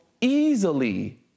easily